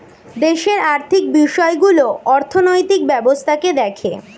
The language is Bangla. দেশের আর্থিক বিষয়গুলো অর্থনৈতিক ব্যবস্থাকে দেখে